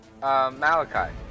Malachi